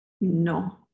No